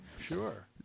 Sure